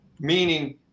meaning